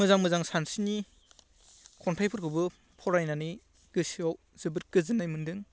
मोजां मोजां सानस्रिनि खन्थाइफोरखौबो फरायनानै गोसोआव जोबोद गोजोन्नाय मोन्दों